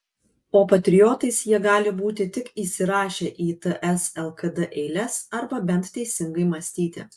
o patriotais jie gali būti tik įsirašę į ts lkd eiles arba bent teisingai mąstyti